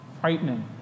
frightening